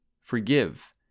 forgive